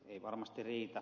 ei varmasti riitä